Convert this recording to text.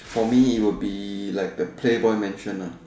for me it would be like the playboy mansion lah